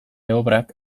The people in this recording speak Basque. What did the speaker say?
obrak